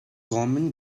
common